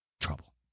trouble